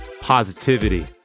positivity